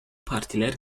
partiler